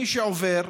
מי שעובר,